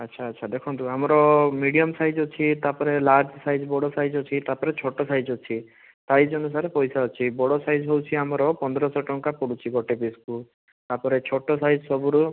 ଆଚ୍ଛା ଆଚ୍ଛା ଦେଖନ୍ତୁ ଆମର ମିଡ଼ିଅମ୍ ସାଇଜ୍ ଅଛି ତା'ପରେ ଲାର୍ଜ୍ ସାଇଜ୍ ବଡ଼ ସାଇଜ୍ ଅଛି ତା ପରେ ଛୋଟ ସାଇଜ୍ ଅଛି ସାଇଜ୍ ଅନୁସାରେ ପଇସା ଅଛି ବଡ଼ ସାଇଜ୍ ହେଉଛି ଆମର ପନ୍ଦର ଶହ ଟଙ୍କା ପଡ଼ୁଛି ଗୋଟେ ପିସ୍କୁ ତା ପରେ ଛୋଟ ସାଇଜ୍ ସବୁରୁ